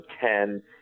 ten